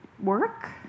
work